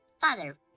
father